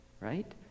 Right